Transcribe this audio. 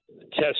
test